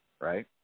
right